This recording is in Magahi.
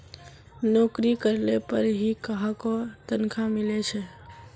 नोकरी करले पर ही काहको तनखा मिले छे